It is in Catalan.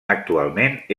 actualment